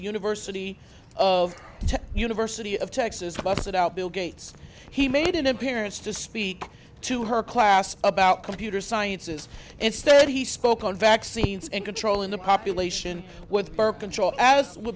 university of university of texas busted out bill gates he made an appearance to speak to her class about computer sciences instead he spoke on vaccines and controlling the population with birth control as well